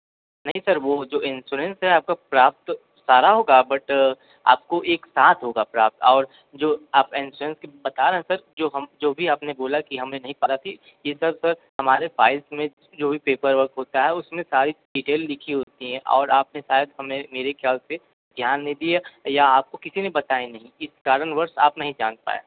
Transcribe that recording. नहीं सर वो जो इंश्योरेंस है आपका प्राप्त सारा होगा बट आपको एक साथ होगा प्राप्त और जो आप इंश्योरेंस की बता रहे हैं सर जो हम जो भी आपने बोला कि हमें नहीं पता थी ये सब सर हमारे फ़ाइल्स में जो भी पेपर वर्क होता है उसमें सारी डिटेल लिखी होती हैं और आपने शायद हमें मेरे ख्याल से ध्यान नहीं दिया या आपको किसी ने बताया नहीं इस कारण वर्ष आप नहीं जान पाए